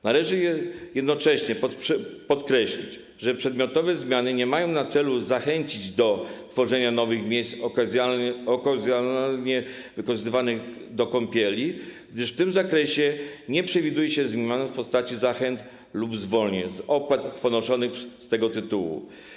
Należy jednocześnie podkreślić, że przedmiotowe zmiany nie mają na celu zachęcić do tworzenia nowych miejsc okazjonalnie wykorzystywanych do kąpieli, gdyż w tym zakresie nie przewiduje się zmian w postaci zachęt lub zwolnień z opłat ponoszonych z tego tytułu.